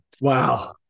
Wow